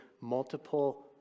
multiple